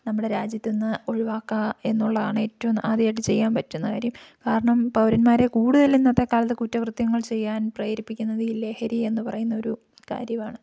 നമ്മുടെ രാജ്യത്തുനിന്ന് ഒഴിവാക്കുക എന്നുള്ളതാണേറ്റവും ആദ്യമായിട്ട് ചെയ്യാൻ പറ്റുന്ന കാര്യം കാരണം പൗരൻമാരെ കൂടുതലിന്നത്തെ കാലത്ത് കുറ്റകൃത്യങ്ങൾ ചെയ്യാൻ പ്രേരിപ്പിക്കുന്നത് ഈ ലഹരിയെന്ന് പറയുന്നൊരു കാര്യമാണ്